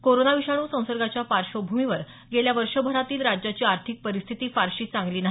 corona विषाणू संसर्गाच्या पार्श्वभूमीवर गेल्या वर्षभरातील राज्याची आर्थिक परिस्थिती फारसी चांगली नाही